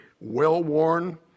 well-worn